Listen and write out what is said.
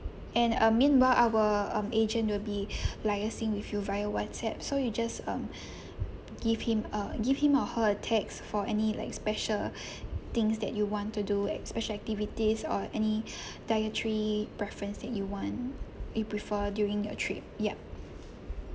and uh meanwhile our um agent will be liaising with you via whatsapp so you just um give him uh give him or her a text for any like special things that you want to do ac~ special activities or any dietary preference that you want you prefer during your trip yup